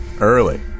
Early